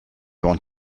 want